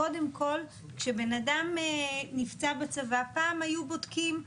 קודם כל, כשבן אדם נפצע בצבא פעם היו בודקים,